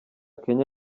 kenya